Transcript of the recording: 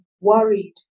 worried